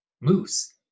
Moose